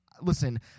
listen